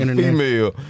female